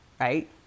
right